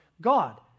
God